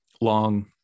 long